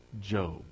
Job